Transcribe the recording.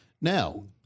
Now